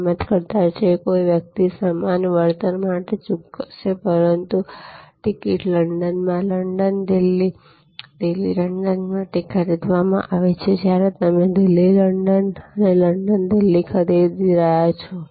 કિંમત કરતાં જે કોઈ વ્યક્તિ સમાન વળતર માટે ચૂકવશે પરંતુ ટિકિટ લંડનમાં લંડન દિલ્હી દિલ્હી લંડન માટે ખરીદવામાં આવે છે જ્યારે તમે દિલ્હી લંડન લંડન દિલ્હી ખરીદી રહ્યાં છો